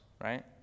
right